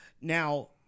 Now